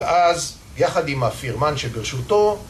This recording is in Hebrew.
ואז יחד עם הפירמן שברשותו